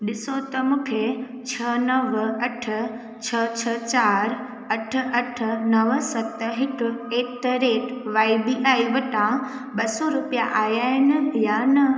ॾिसो त मूंखे छह नवं अठ छ्ह छ्ह चार अठ अठ नवं सत हिकु at the rate Y B I वटां ॿ सौ रुपिया आया आहिनि या न